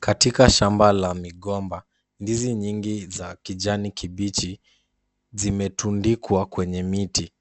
Katika shamba la migomba, ndizi nyingi za kijani kibichi zimetundikwa kwenye miti.